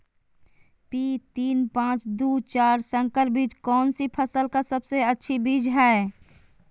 P तीन पांच दू चार संकर बीज कौन सी फसल का सबसे अच्छी बीज है?